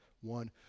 One